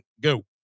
go